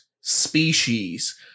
species